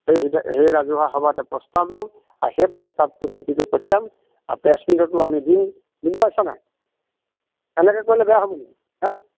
সেই সেই ৰাজহুৱা সভাত প্ৰস্তাৱ ল'ম আৰু সেই প্ৰস্তাৱটো প্ৰতিটো পঠিয়াম আৰু প্ৰেছ মিটটো আমি দিম বুজি পাইছ নাই এনেকে কৰিলে বেয়া হ'ব নি হে